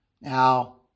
Now